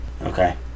Okay